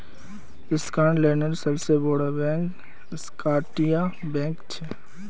स्कॉटलैंडेर सबसे बोड़ो बैंक स्कॉटिया बैंक छे